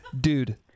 Dude